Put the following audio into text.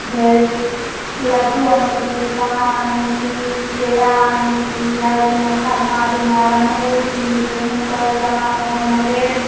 फेर लड्डू आनैत छी पान आनैत छी केरा आनैत छी रातिमे खरना दिना रान्हैत छी फेर हुनकर राणा मायके नैवेद्य